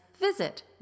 visit